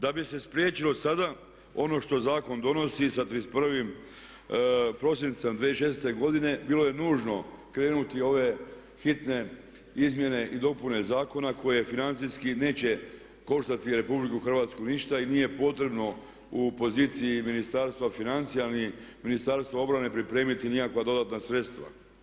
Da bi se spriječilo sada ono što zakon donosi sa 31. prosincem 2016. godine bilo je nužno krenuti u ove hitne izmjene i dopune zakona koje financijski neće koštati RH ništa i nije potrebno u poziciji Ministarstva financija ni Ministarstva obrane pripremiti nikakva dodatna sredstva.